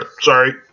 Sorry